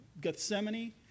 Gethsemane